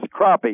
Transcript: crappie